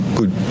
good